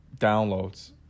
downloads